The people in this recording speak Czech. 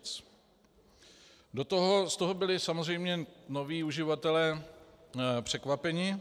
Z toho byli samozřejmě noví uživatelé překvapeni.